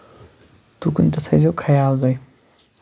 تُکُن تہِ تھٲےزیو خیال تُہۍ